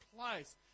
place